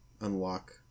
unlock